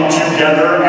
together